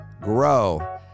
grow